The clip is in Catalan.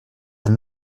del